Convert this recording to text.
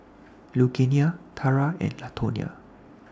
Lugenia Tarah and Latonia